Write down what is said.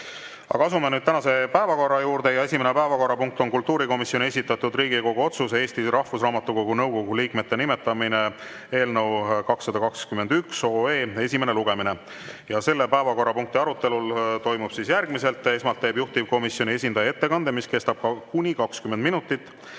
Aga asume nüüd tänase päevakorra juurde. Esimene päevakorrapunkt on kultuurikomisjoni esitatud Riigikogu otsuse "Eesti Rahvusraamatukogu nõukogu liikmete nimetamine" eelnõu 221 esimene lugemine. Selle päevakorrapunkti arutelu toimub järgmiselt. Esmalt teeb juhtivkomisjoni esindaja ettekande, mis kestab kuni 20 minutit.